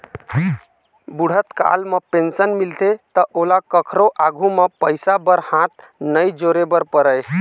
बूढ़त काल म पेंशन मिलथे त ओला कखरो आघु म पइसा बर हाथ नइ जोरे बर परय